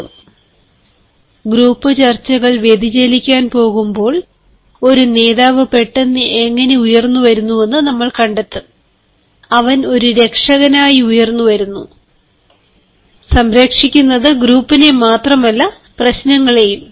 group ചർച്ചയെക്കുറിച്ചുള്ള ഒരു പ്രഭാഷണം നമ്മൾ ചർച്ചചെയ്യുമ്പോൾ ഗ്രൂപ്പ് ചർച്ചകൾ വ്യതിചലിക്കാൻ പോകുമ്പോൾ ഒരു നേതാവ് പെട്ടെന്ന് എങ്ങനെ ഉയർന്നുവരുന്നുവെന്ന് നമ്മൾ കണ്ടെത്തും അവൻ ഒരു രക്ഷകനായി ഉയർന്നുവന്നു സംരക്ഷിക്കുന്നത് ഗ്രൂപ്പിനെ മാത്രമല്ല പ്രശ്നങ്ങളെയും